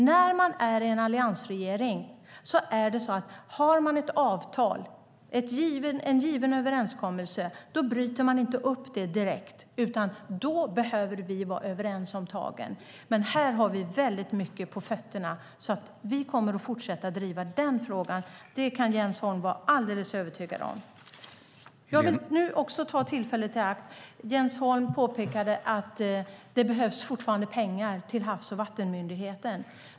När man är i en alliansregering och har ett avtal, en given överenskommelse, bryter man inte upp det direkt. Då behöver vi vara överens om tagen. Men här har vi mycket på fötterna. Vi kommer därför att fortsätta driva denna fråga. Det kan Jens Holm vara alldeles övertygad om. Jens Holm påpekade att det fortfarande behövs pengar till Havs och vattenmyndigheten.